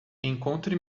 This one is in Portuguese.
encontre